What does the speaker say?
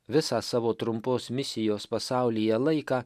visą savo trumpos misijos pasaulyje laiką